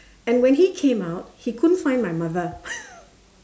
and when he came out he couldn't find my mother